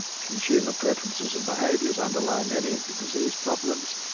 consumer preferences and behaviours underlie many of the disease problems,